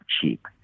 cheap